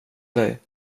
dig